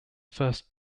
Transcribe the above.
first